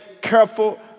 careful